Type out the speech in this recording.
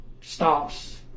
stops